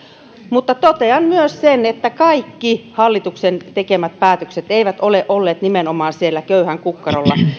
mutta totean myös sen että kaikki hallituksen tekemät päätökset eivät ole olleet nimenomaan siellä köyhän kukkarolla